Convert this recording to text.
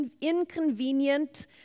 inconvenient